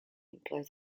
employed